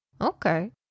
Okay